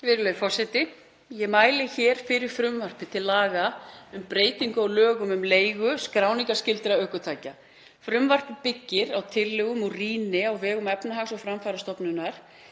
Virðulegi forseti. Ég mæli hér fyrir frumvarpi til laga um breytingu á lögum um leigu skráningarskyldra ökutækja. Frumvarpið byggist tillögum úr rýni á vegum Efnahags- og framfarastofnunarinnar,